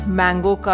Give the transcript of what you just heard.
mango